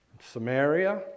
Samaria